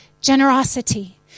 generosity